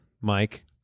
Mike